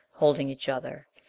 holding each other.